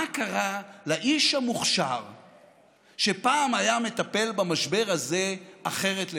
מה קרה לאיש המוכשר שפעם היה מטפל במשבר הזה אחרת לגמרי.